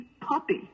puppy